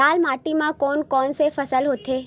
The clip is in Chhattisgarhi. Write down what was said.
लाल माटी म कोन कौन से फसल होथे?